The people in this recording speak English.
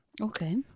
Okay